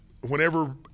whenever